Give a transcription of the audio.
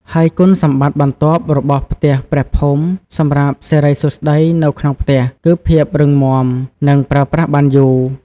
ហើយគុណសម្បត្តិបន្ទាប់របស់ផ្ទះព្រះភូមិសម្រាប់សិរីសួស្តីនៅក្នុងផ្ទះ គឺភាពរឹងមាំនិងប្រើប្រាស់បានយូរ។